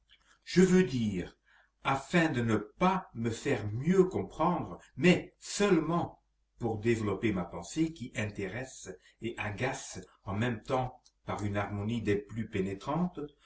je veux dire afin de ne pas me faire mieux comprendre mais seulement pour développer ma pensée qui intéresse et agace en même temps par une harmonie des plus pénétrantes